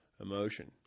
Emotion